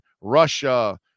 Russia